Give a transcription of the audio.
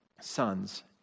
sons